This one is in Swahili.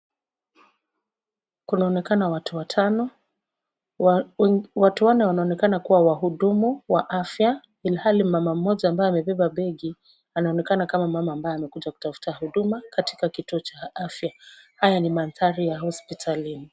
Kunaonekana watu watano, watu wanne wanaonekana kuwa wahudumu wa afya ilhali mama mmoja ambaye amebeba begi anaonekana kama mama ambaye amekuja kutafuta huduma katika kituo cha afya, haya ni mandhari ya hospitalini.